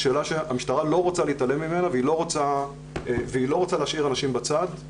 זאת שאלה שהמשטרה לא רוצה להתעלם ממנה והיא לא רוצה להשאיר אנשים בצד.